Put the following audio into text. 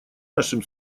нашим